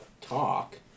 talk